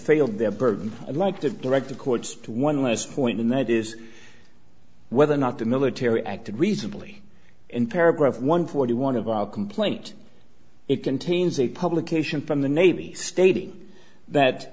failed their burden i'd like to direct the courts to one last point and that is whether or not the military acted reasonably in paragraph one forty one of our complaint it contains a publication from the navy stating that